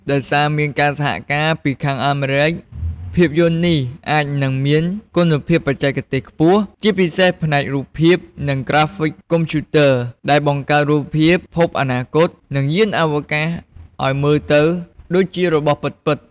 ដោយសារមានការសហការពីខាងអាមេរិក ភាពយន្តនេះអាចនឹងមានគុណភាពបច្ចេកទេសខ្ពស់ ជាពិសេសផ្នែករូបភាពនិង ក្រាហ្វិកកុំព្យូទ័រ ដែលបង្កើតរូបភាពភពអនាគត និងយានអវកាសឱ្យមើលទៅដូចជារបស់ពិតៗ ។